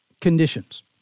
conditions